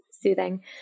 soothing